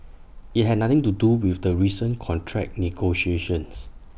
IT had nothing to do with the recent contract negotiations